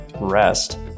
rest